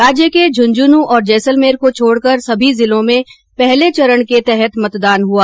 राज्य के झुंझनूं और जैसलमेर को छोडकर सभी जिलों में पहले चरण के तहत मतदान हुआ